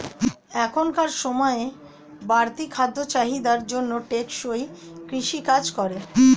এখনকার সময়ের বাড়তি খাদ্য চাহিদার জন্য টেকসই কৃষি কাজ করে